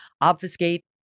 obfuscate